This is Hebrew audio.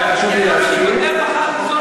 יש הסכמה מצד לצד.